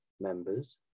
members